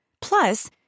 Plus